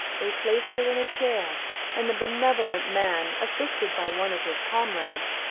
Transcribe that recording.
they placed her in a chair and the benevolent man, assisted by one of his comrades,